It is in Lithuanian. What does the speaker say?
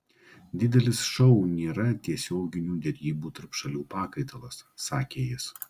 didelis šou nėra tiesioginių derybų tarp šalių pakaitalas sakė jis